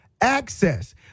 access